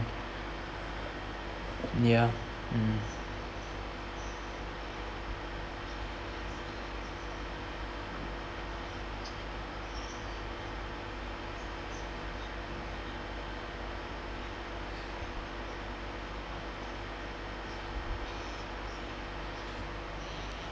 ya mm